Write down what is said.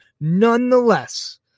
Nonetheless